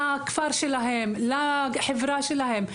לכפר שלהם ולחברה שלהם.